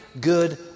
good